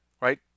right